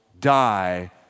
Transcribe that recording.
die